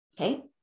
Okay